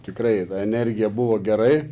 tikrai energija buvo gerai